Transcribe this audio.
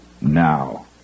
now